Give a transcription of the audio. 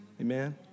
Amen